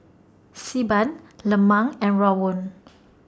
Xi Ban Lemang and Rawon